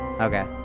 Okay